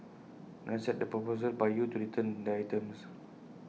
not accept the proposal by you to return the items